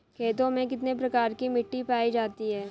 खेतों में कितने प्रकार की मिटी पायी जाती हैं?